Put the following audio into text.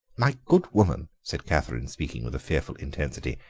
my good woman, said catherine, speaking with a fearful intensity,